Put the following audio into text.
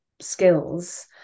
skills